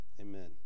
Amen